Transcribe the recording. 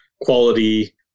quality